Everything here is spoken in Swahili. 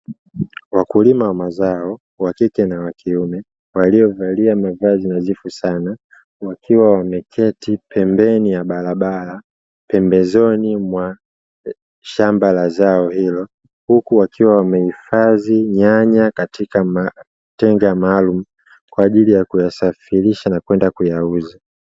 Wakulima wa mazao wakike na wakiume waliovalia mavazi nadhifu sana, wakiwa wameketi pembeni ya barabara pembezoni mwa shamba la zao hilo, huku wakiwa wamehifadhi nyanya katika matenga maalumu kwa ajili ya kuyasafirisha na kwenda kuyauza.